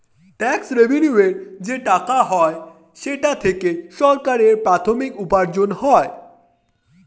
tax রেভেন্যুর যে টাকা হয় সেটা থেকে সরকারের প্রাথমিক উপার্জন হয়